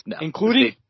including